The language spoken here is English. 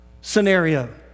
scenario